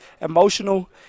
emotional